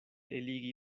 eligi